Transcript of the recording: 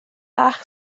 bach